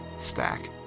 stack